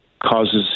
causes